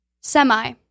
Semi